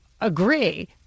agree